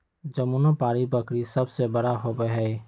जमुनापारी बकरी सबसे बड़ा होबा हई